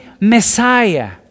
Messiah